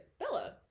Bella